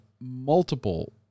multiple